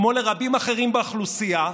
כמו לרבים אחרים באוכלוסייה,